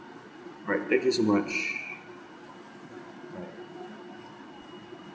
right thank you so much right